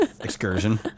Excursion